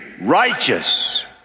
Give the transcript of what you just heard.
righteous